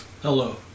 Hello